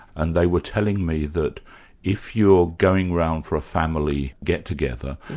and they were telling me that if you're going round for a family get-together,